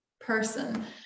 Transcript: person